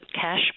cash